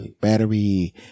battery